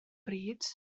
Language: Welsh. bryd